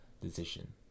decision